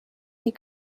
die